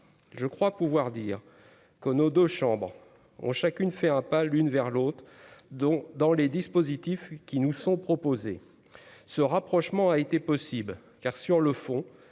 je crois pouvoir dire que nos 2 chambres ont chacune fait un pas l'une vers l'autre, donc dans les dispositifs qui nous sont proposées, ce rapprochement a été possible, car sur le fond,